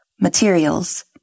materials